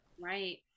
Right